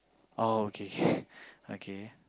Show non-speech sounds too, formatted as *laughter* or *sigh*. oh okay *breath* okay